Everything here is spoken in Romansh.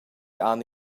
han